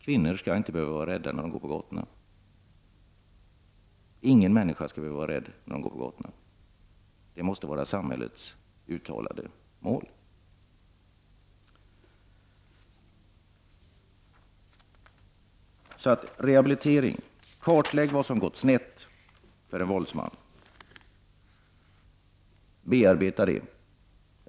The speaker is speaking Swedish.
Kvinnor skall inte behöva vara rädda — inga människor skall behöva vara rädda — när de går på gatorna, det måste vara samhällets uttalade mål. Det behövs alltså rehabilitering. Kartlägg vad som gått snett för en våldtäktsman! Bearbeta det!